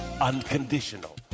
Unconditional